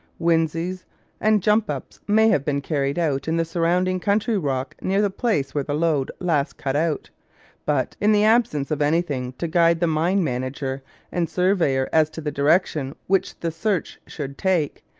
winzes and jump-ups may have been carried out in the surrounding country rock near the place where the lode last cut out but, in the absence of anything to guide the mine manager and surveyor as to the direction which the search should take,